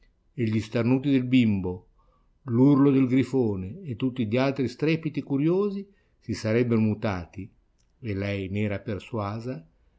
pastorello e gli starnuti del bimbo l'urlo del grifone e tutti gli altri strepiti curiosi si sarebbero mutati e